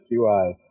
QI